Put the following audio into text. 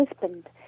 husband